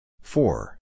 four